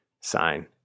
sign